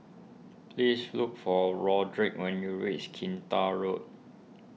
please look for Rodrick when you reach Kinta Road